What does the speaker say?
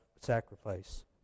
sacrifice